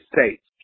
States